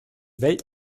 welt